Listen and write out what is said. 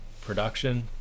production